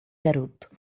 garoto